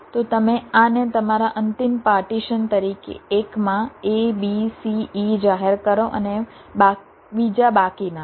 તો તમે આને તમારા અંતિમ પાર્ટીશન તરીકે એકમાં a b c e જાહેર કરો અને બીજા બાકીનામાં